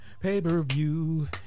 Pay-per-view